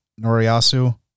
Noriyasu